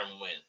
win